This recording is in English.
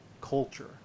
culture